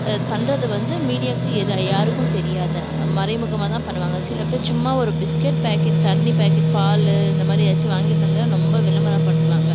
பண்ணுறது வந்து மீடியாவுக்கு எது யாருக்கும் தெரியாது மறைமுகமாகதான் பண்ணுவாங்க சில பேர் சும்மா ஒரு பிஸ்க்கெட் பெக்கெட் தண்ணி பெக்கெட் பால் இந்த மாதிரி ஏதாச்சும் வாங்கி தந்தாவே ரொம்ப விளம்பரம் படுத்துவாங்க